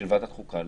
של ועדת החוקה,